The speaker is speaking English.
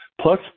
plus